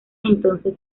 entonces